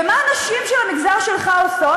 ומה הנשים של המגזר שלך עושות?